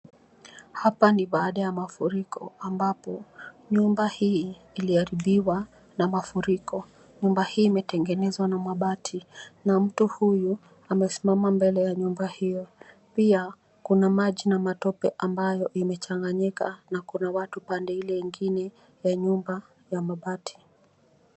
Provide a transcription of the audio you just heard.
Hapa ni baada ya mafuriko ambapo nyumba hii iliharibiwa na mafuriko. Nyumba hii imetengenezwa na mabati na mtu huyu amesimama mbele ya nyumba hiyo. Pia kuna maji na matope ambayo imechanganyika na kuna watu pande ile ingine wa nyumba ya mabati.